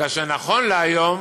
כאשר נכון להיום